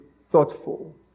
thoughtful